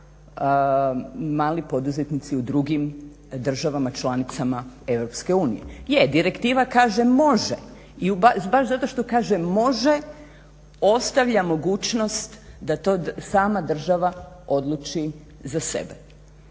mali poduzetnici u drugim državama članicama Europske unije. Je, direktiva kaže može i baš zato što kaže može ostavlja mogućnost da to sama država odluči za sebe.